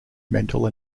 mental